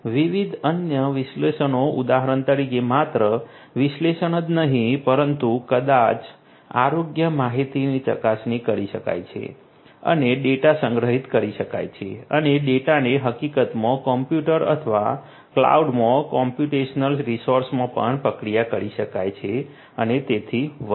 વિવિધ અન્ય વિશ્લેષણો ઉદાહરણ તરીકે માત્ર વિશ્લેષણ જ નહીં પરંતુ કદાચ આરોગ્ય માહિતીની ચકાસણી કરી શકાય છે અને ડેટા સંગ્રહિત કરી શકાય છે અને ડેટાને હકીકતમાં કમ્પ્યુટર અથવા ક્લાઉડમાં કોમ્પ્યુટેશનલ રિસોર્સમાં પણ પ્રક્રિયા કરી શકાય છે અને તેથી વધુ